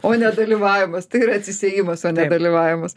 o nedalyvavimas tai yra atsisiejimas o dalyvavimas